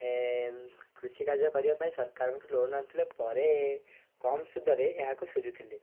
ଏଁ କୃଷି କାର୍ଯ୍ୟ କରିବା ପାଇଁ ସରକାରଙ୍କଠୁ ଲୋନ୍ ଆଣୁଥିଲେ ପରେ କମ୍ ସୁଧରେ ଏହାକୁ ସୁଝୁଥିଲେ